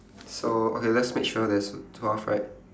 so okay let's make sure there's twelve right